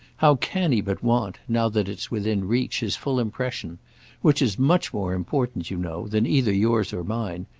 how can he but want, now that it's within reach, his full impression which is much more important, you know, than either yours or mine.